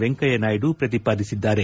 ವೆಂಕಯ್ಯ ನಾಯ್ದು ಪ್ರತಿಪಾದಿಸಿದ್ದಾರೆ